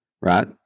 Right